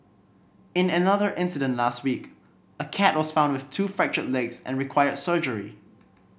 in another incident last week a cat was found with two fractured legs and required surgery